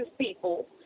people